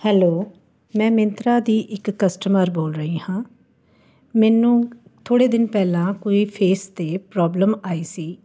hello ਮੈਂ ਮਿੰਤਰਾ ਦੀ ਇੱਕ ਕਸਟਮਰ ਬੋਲ ਰਹੀ ਹਾਂ ਮੈਨੂੰ ਥੋੜ੍ਹੇ ਦਿਨ ਪਹਿਲਾਂ ਕੋਈ ਫੇਸ 'ਤੇ ਪ੍ਰੋਬਲਮ ਆਈ ਸੀ